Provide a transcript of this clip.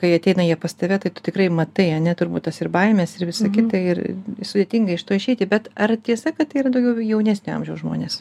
kai ateina jie pas tave tai tu tikrai matai ane turbūt tas ir baimės ir visa kita ir sudėtinga iš to išeiti bet ar tiesa kad tai yra daugiau jaunesnio amžiaus žmonės